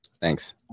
Thanks